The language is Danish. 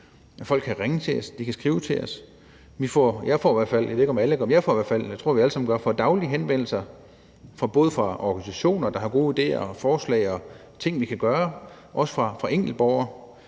– jeg ved ikke, om alle gør det, men jeg tror, vi alle sammen får det – daglige henvendelser både fra organisationer, der har gode idéer og forslag og ting, vi kan gøre, og også fra enkeltborgere.